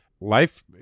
life